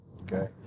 okay